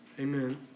Amen